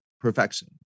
perfection